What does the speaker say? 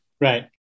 Right